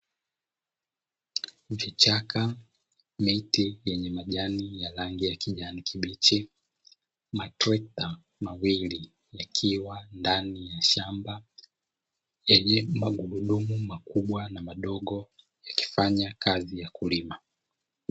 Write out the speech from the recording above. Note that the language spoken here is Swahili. Vichaka miti yenye majani ya rangi ya kijani kibichi matrekta mawili yakiwa ndani ya shamba yenye magurudumu makubwa na madogo yakifanya kazi ya kulima.